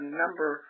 number